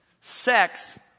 Sex